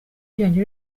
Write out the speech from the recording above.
ryanjye